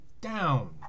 down